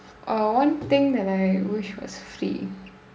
one thing that I wish was free